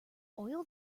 oil